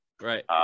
Right